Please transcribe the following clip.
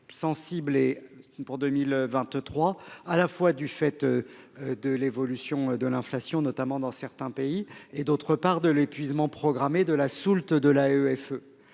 sensible pour 2023, en raison à la fois de l'évolution de l'inflation, notamment dans certains pays, et de l'épuisement programmé de la soulte de l'AEFE.